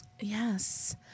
Yes